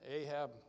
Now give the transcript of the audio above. Ahab